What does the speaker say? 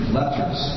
letters